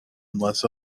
unless